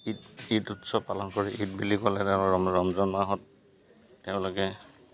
ঈদ ঈদ উৎসৱ পালন কৰে ঈদ বুলি ক'লে তেওঁ ৰমজান মাহত তেওঁলোকে